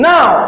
Now